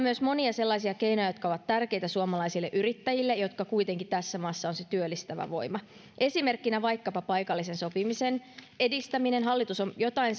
myös monia sellaisia keinoja jotka ovat tärkeitä suomalaisille yrittäjille jotka kuitenkin tässä maassa ovat se työllistävä voima esimerkkinä vaikkapa paikallisen sopimisen edistäminen hallitus on jotain